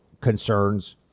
concerns